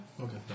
Okay